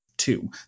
Two